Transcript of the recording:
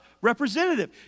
representative